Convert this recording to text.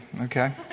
okay